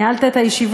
ניהלתי את הישיבה.